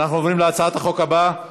אנחנו עוברים להצעת החוק הבאה,